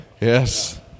Yes